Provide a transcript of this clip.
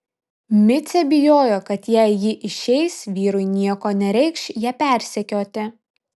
micė bijojo kad jei ji išeis vyrui nieko nereikš ją persekioti